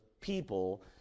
people